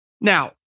Now